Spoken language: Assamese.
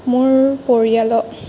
মোৰ পৰিয়ালত